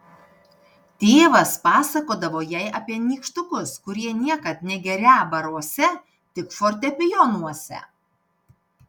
tėvas pasakodavo jai apie nykštukus kurie niekad negerią baruose tik fortepijonuose